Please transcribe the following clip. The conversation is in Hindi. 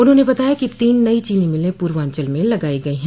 उन्होंने बताया कि तीन नई चीनी मिले पूर्वांचल में लगाई गई है